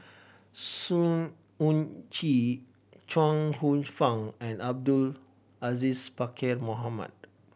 Sng Choon Yee Chuang Hsueh Fang and Abdul Aziz Pakkeer Mohamed